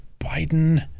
Biden